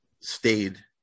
stayed